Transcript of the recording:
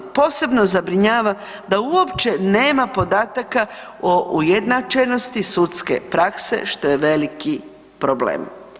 Posebno zabrinjava da uopće nema podataka o ujednačenosti sudske prakse što je veliki problem.